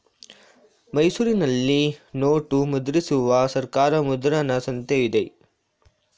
ಮೈಸೂರಿನಲ್ಲಿ ನೋಟು ಮುದ್ರಿಸುವ ಸರ್ಕಾರಿ ಮುದ್ರಣ ಸಂಸ್ಥೆ ಇದೆ